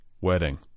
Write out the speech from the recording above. wedding